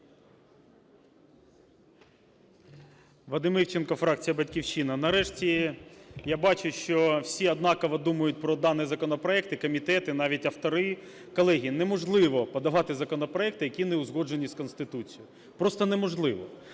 Вадим Івченко, фракція "Батьківщина". Нарешті я бачу, що всі однаково думають про даний законопроект: і комітет, і навіть автори. Колеги, неможливо подавати законопроекти, які не узгоджені з Конституцією, просто неможливо.